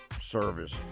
Service